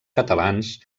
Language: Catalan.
catalans